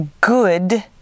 good